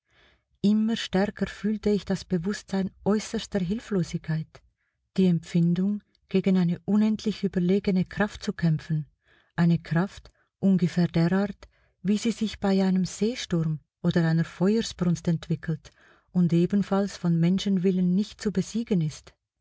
immer stärker fühlte ich das bewußtsein äußerster hilflosigkeit die empfindung gegen eine unendlich überlegene kraft zu kämpfen eine kraft ungefähr derart wie sie sich bei einem seesturm oder einer feuersbrunst entwickelt und ebenfalls von menschenwillen nicht zu besiegen ist